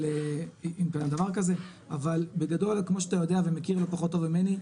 אבל בגדול כמו שאתה יודע ומכיר לא פחות טוב ממני,